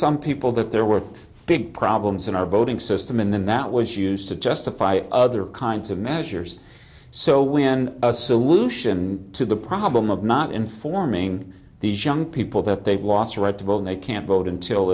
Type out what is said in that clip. some people that there were big problems in our voting system and then that was used to justify other kinds of measures so when a solution to the problem of not informing these young people that they've lost or read well they can't vote until